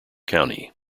county